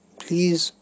please